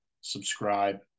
subscribe